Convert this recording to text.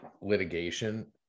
litigation